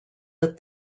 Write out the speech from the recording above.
that